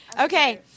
Okay